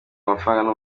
amafaranga